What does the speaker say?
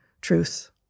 truth